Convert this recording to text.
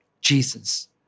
Jesus